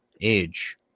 age